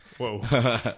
whoa